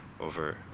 over